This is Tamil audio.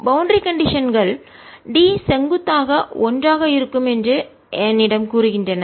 பௌண்டரி கண்டிஷன்கள் D செங்குத்தாக ஒன்றாக இருக்கும் என்று என்னிடம் கூறுகின்றன